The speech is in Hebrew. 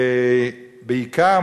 בעיקר,